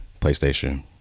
PlayStation